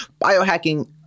biohacking